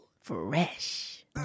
Fresh